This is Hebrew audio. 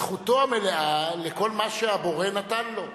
את זכותו המלאה לכל מה שהבורא נתן לו?